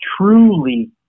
truly